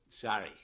sorry